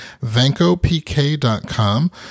vancopk.com